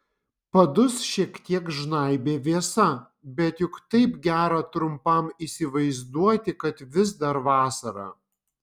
padus šiek tiek žnaibė vėsa bet juk taip gera trumpam įsivaizduoti kad vis dar vasara